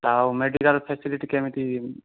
ଆଉ medical facility କେମିତି